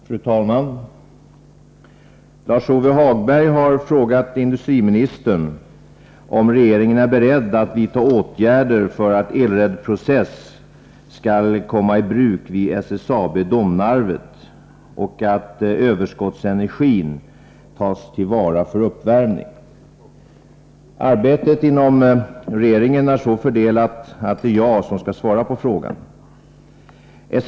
Fru talman! Lars-Ove Hagberg har frågat industriministern om regeringen är beredd att vidta åtgärder för att elred-processen skall komma i bruk vid SSAB-Domnarvet och att överskottsenergin tas till vara för uppvärmning. Arbetet inom regeringen är så fördelat att det är jag som skall svara på frågan.